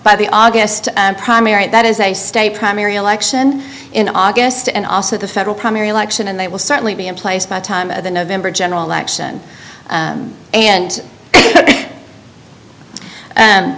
by the august primary that is a state primary election in august and also the federal primary election and they will certainly be in place by the time of the november general election and and